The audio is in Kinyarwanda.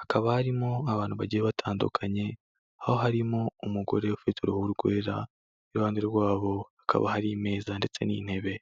hakaba harimo abantu bagiye batandukanye, aho harimo umugore ufite uruhu rwera, iruhande rwabo hakaba hari meza ndetse n'intebe.